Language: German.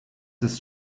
ist